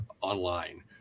online